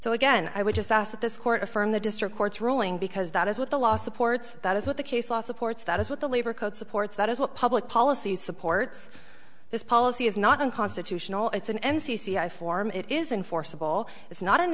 so again i would just ask that this court affirm the district court's ruling because that is what the law supports that is what the case law supports that is what the labor code supports that is what public policy supports this policy is not unconstitutional it's an end c c i form it isn't forcible it's not an